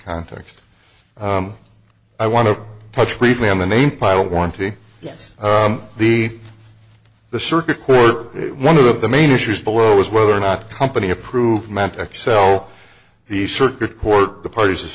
context i want to touch briefly on the name pilot warranty yes the the circuit court one of the main issues below was whether or not company approved meant xcel he circuit court the parties dis